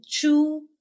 two